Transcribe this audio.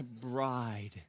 bride